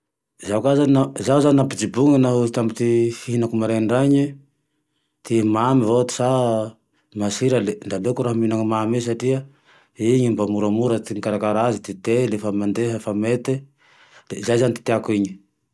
Zaho ka zane, zaho na ampijobony zane, tao tamy fihinako m:araindraine, ty mamy vao ty sa masira le aleoko raho mihina mamy io satria ie mba moramora mikarakara aze dite le fa mandeha fa mete, zay zane ty tiako iny